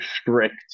strict